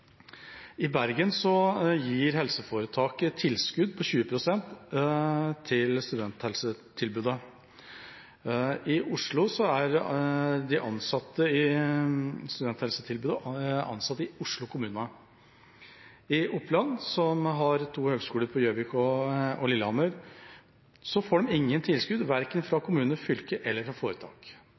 I Bergen gir helseforetaket et tilskudd på 20 pst. til studenthelsetilbudet. I Oslo er de ansatte i studenthelsetilbudet ansatt i Oslo kommune. I Oppland, som har to høgskoler, én på Gjøvik og én på Lillehammer, får de ingen tilskudd, verken fra kommune, fylke eller foretak.